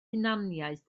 hunaniaeth